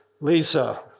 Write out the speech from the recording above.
Lisa